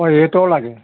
অ এইটৰ লাগে